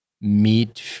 meet